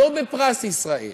לא בפרס ישראל,